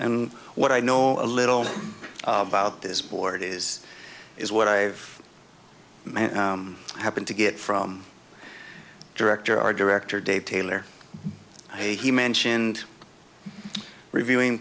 and what i know a little about this board is is what i've happened to get from director our director dave taylor he mentioned reviewing